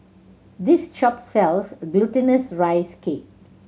this shop sells Glutinous Rice Cake